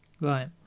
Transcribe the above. right